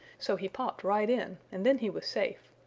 so he popped right in and then he was safe,